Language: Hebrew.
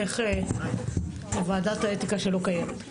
אלך לוועדת האתיקה שלא קיימת.